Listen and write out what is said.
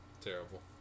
Terrible